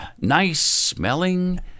nice-smelling